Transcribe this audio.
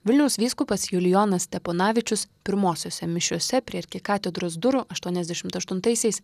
vilniaus vyskupas julijonas steponavičius pirmosiose mišiose prie arkikatedros durų aštuoniasdešimt aštuntaisiais